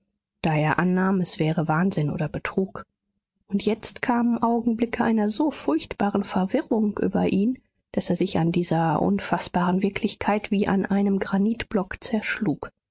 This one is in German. da er annahm es wäre wahnsinn oder betrug und jetzt kamen augenblicke einer so furchtbaren verwirrung über ihn daß er sich an dieser unfaßbaren wirklichkeit wie an einem granitblock zerschlug